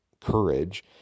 courage